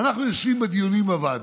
אנחנו יושבים בדיונים בוועדות,